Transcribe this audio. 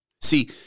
See